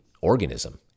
organism